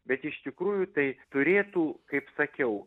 bet iš tikrųjų tai turėtų kaip sakiau